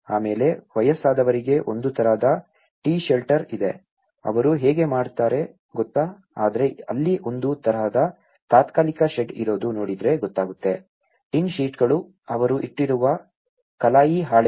ಆಮೇಲೆ ವಯಸ್ಸಾದವರಿಗೆ ಒಂದು ತರಹದ T Shelter ಇದೆ ಅವರೂ ಹೇಗೆ ಮಾಡ್ತಾರೆ ಗೊತ್ತಾ ಆದ್ರೆ ಅಲ್ಲಿ ಒಂದು ತರಹದ ತಾತ್ಕಾಲಿಕ ಶೆಡ್ ಇರೋದು ನೋಡಿದ್ರೆ ಗೊತ್ತಾಗುತ್ತೆ ಟಿನ್ ಶೀಟುಗಳು ಅವರು ಇಟ್ಟಿರುವ ಕಲಾಯಿ ಹಾಳೆಗಳು